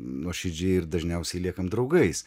nuoširdžiai ir dažniausiai liekam draugais